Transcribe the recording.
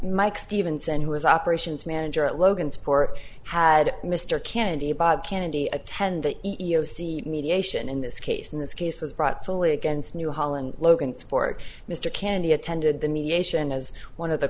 mike stevenson who was operations manager at logansport had mr kennedy bob kennedy attend the e e o c mediation in this case in this case was brought solely against new holland logansport mr candy attended the mediation as one of the